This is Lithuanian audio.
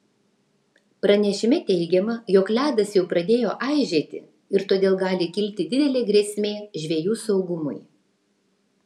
pranešime teigiama jog ledas jau pradėjo aižėti ir todėl gali kilti didelė grėsmė žvejų saugumui